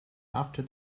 after